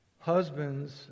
Husbands